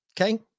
Okay